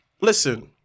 listen